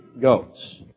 goats